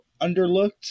underlooked